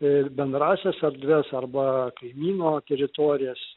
ir bendrąsias erdves arba kaimyno teritorijas